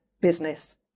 business